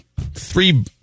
three